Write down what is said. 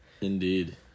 Indeed